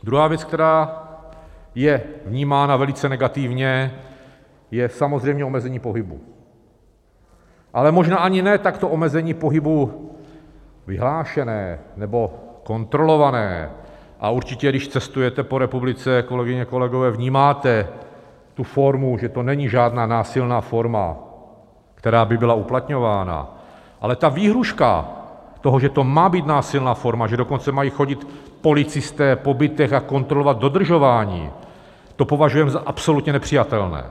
Druhá věc, která je vnímána velice negativně, je samozřejmě omezení pohybu, ale možná ani ne tak to omezení pohybu vyhlášené nebo kontrolované a určitě, když cestujete po republice, kolegyně a kolegové, vnímáte tu formu, že to není žádná násilná forma, která by byla uplatňována ale ta výhrůžka, že to má být násilná forma, že dokonce mají chodit policisté po bytech a kontrolovat dodržování, to považujeme za absolutně nepřijatelné.